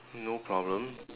no problem